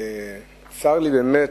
צר לי באמת,